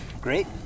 Great